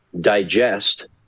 digest